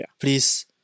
Please